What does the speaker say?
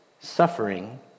suffering